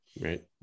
right